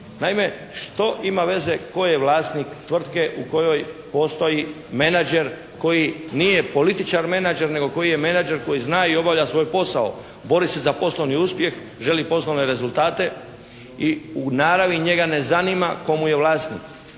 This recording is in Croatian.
Naime, što ima veze tko je vlasnik tvrtke u kojoj postoji manager koji nije političar manager nego koji je manager koji zna i obavlja svoj posao, bori se za poslovni uspjeh, želi poslovne rezultate i u naravi njega ne zanima tko mu je vlasnik.